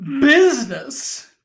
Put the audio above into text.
Business